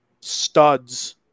studs